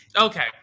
Okay